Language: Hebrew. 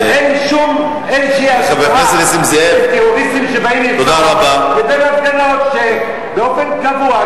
אבל אין שום השוואה בין טרוריסטים שבאים לרצוח ובין הפגנות שבאופן קבוע,